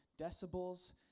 decibels